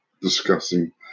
discussing